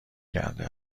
کرده